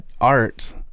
art